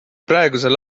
praegusel